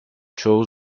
çoğu